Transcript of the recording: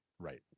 Right